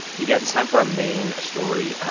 you guys, time for our main story.